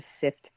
sift